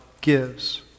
gives